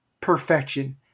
perfection